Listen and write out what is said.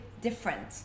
different